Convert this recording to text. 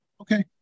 Okay